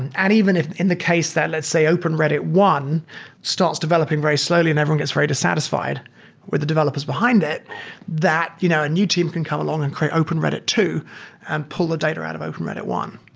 and and even if in the case that let's say open reddit one starts developing very slowly and everyone gets very dissatisfied with the developers behind it that you know a new team can come along and create open reddit two and pull the data around of open reddit one.